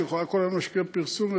שיכולה להשקיע בפרסום.